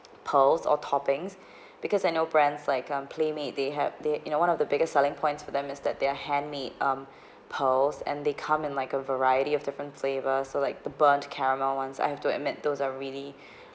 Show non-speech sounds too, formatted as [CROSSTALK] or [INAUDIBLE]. pearls or toppings because [BREATH] I know brands like um Playmade they have they you know one of the biggest selling points for them is that they're handmade um [BREATH] pearls and they come in like a variety of different flavour so like the burnt caramel ones I have to admit those are really [BREATH]